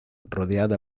rodeada